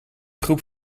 groep